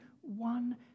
one